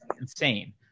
insane